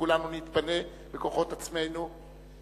כולנו נתפנה בכוחות עצמנו.